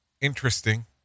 interesting